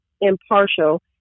impartial